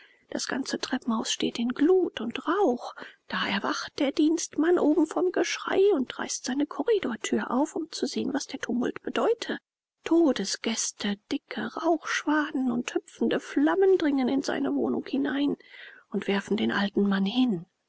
das ganze treppenhaus steht in glut und rauch da erwacht der dienstmann oben vom geschrei und reißt seine korridortür auf um zu sehen was der tumult bedeute todesgäste dicke rauchschwaden und hüpfende flammen dringen in seine wohnung hinein und werfen den alten mann hin